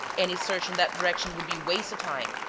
any search in that direction would be waste of time.